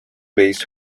based